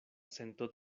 sento